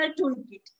Toolkit